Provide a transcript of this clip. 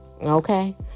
okay